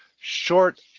short